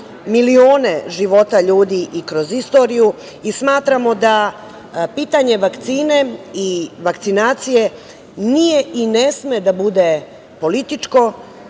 milione života ljudi i kroz istoriju i smatramo da pitanje vakcine i vakcinacije nije i ne sme da bude političko